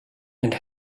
and